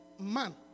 Man